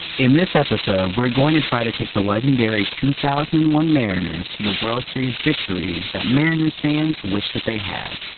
in this episode, we're going to try to take the legendary two thousand and one mariners to the world series victory that mariners fans wished that they had.